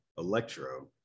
Electro